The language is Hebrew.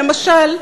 למשל,